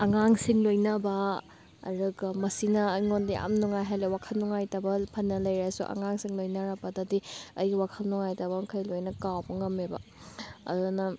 ꯑꯉꯥꯡꯁꯤꯡ ꯂꯣꯏꯅꯕ ꯑꯗꯨꯒ ꯃꯁꯤꯅ ꯑꯩꯉꯣꯟꯗ ꯌꯥꯝ ꯅꯨꯡꯉꯥꯏꯍꯜꯂꯤ ꯋꯥꯈꯜ ꯅꯨꯡꯉꯥꯏꯇꯕ ꯐꯅ ꯂꯩꯔꯁꯨ ꯑꯉꯥꯡꯁꯤꯡ ꯂꯣꯏꯔꯛꯄꯗꯗꯤ ꯑꯩꯒꯤ ꯋꯥꯈꯜ ꯅꯨꯡꯉꯥꯏꯇꯕ ꯃꯈꯩ ꯂꯣꯏꯅ ꯀꯥꯎꯕ ꯉꯝꯃꯦꯕ ꯑꯗꯨꯅ